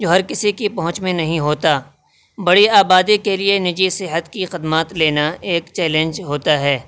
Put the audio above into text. جو ہر کسی کی پہنچ میں نہیں ہوتا بڑی آبادی کے لیے نجی صحت کی خدمات لینا ایک چیلنج ہوتا ہے